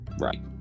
Right